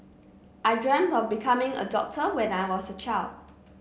I dreamt of becoming a doctor when I was a child